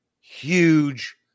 huge